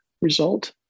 result